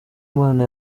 mwana